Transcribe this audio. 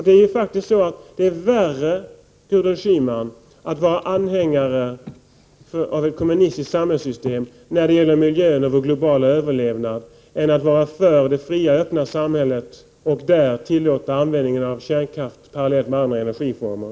Det är värre, Gudrun Schyman, att vara anhängare av ett kommunistiskt samhällssystem när det gäller miljön och vår globala överlevnad än att vara för det fria och öppna samhället och där tillåta användning av kärnkraft parallellt med andra energiformer.